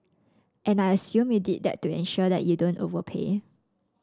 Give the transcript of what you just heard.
and I assume you did that to ensure that you don't overpay